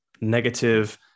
negative